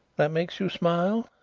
that makes you smile?